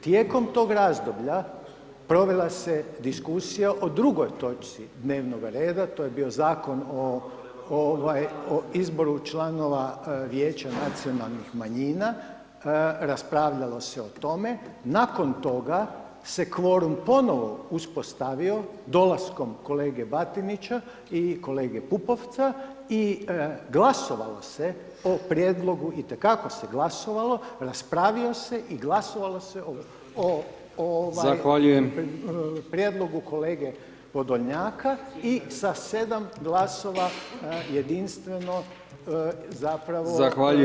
Tijekom tog razdoblja provela se diskusija o drugoj točki dnevnog reda to je bio Zakon o izboru članova Vijeća nacionalnih manjina, raspravljalo se o tome, nakon toga se kvorum ponovno uspostavio dolaskom kolege Batinića i kolege Pupovca i glasovalo se o prijedlogu, itekako se glasovalo, raspravio se i glasovalo se o prijedlogu kolege Podolnjaka i sa 7 glasova jedinstveno zapravo se odbacio taj prijedlog.